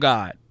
God